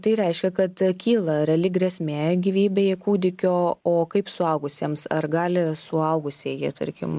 tai reiškia kad kyla reali grėsmė gyvybei kūdikio o kaip suaugusiems ar gali suaugusieji tarkim